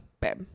babe